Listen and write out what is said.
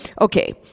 okay